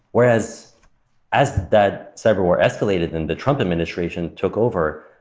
whereas as that cyber war escalated and the trump administration took over,